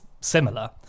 similar